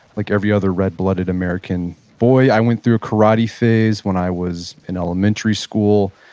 like every other red-blooded, american boy, i went through a karate phase when i was in elementary school,